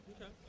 Okay